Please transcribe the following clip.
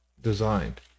designed